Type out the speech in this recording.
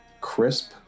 crisp